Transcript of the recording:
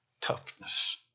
toughness